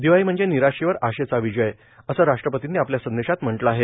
दिवाळी म्हणजे निराशेवर आशेचा विजय असं राष्ट्रपतींनी आपल्या संदेशात म्हटलं आहे